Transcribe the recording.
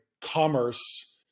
commerce